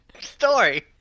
story